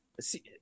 see